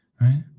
right